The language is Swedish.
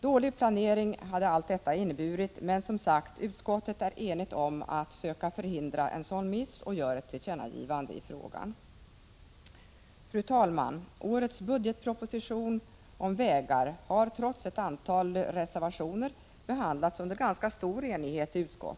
Allt detta innebär dålig planering, men utskottet är som sagt enigt om att söka förhindra en sådan miss och gör ett tillkännagivande i frågan. Fru talman! Avsnittet om vägar i årets budgetproposition har, trots ett antal reservationer, behandlats under ganska stor enighet i utskottet.